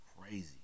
crazy